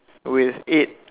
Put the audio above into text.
with eight